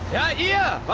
yeah,